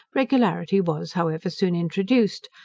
regularity was, however, soon introduced,